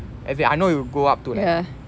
as in I know it will go up to like